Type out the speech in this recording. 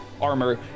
armor